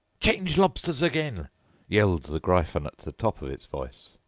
change lobsters again yelled the gryphon at the top of its voice.